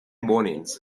mornings